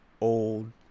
old